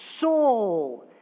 soul